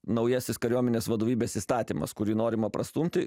naujasis kariuomenės vadovybės įstatymas kurį norima prastumti